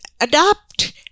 adapt